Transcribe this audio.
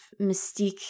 mystique